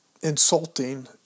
insulting